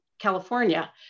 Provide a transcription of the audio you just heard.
California